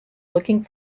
looking